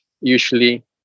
Usually